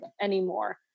anymore